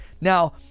now